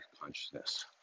consciousness